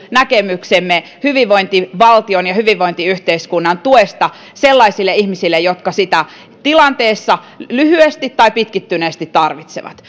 näkemyksemme mukaisesta hyvinvointivaltion ja hyvinvointiyhteiskunnan tuesta sellaisille ihmisille jotka sitä tilanteessa lyhyesti tai pitkittyneesti tarvitsevat